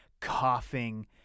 coughing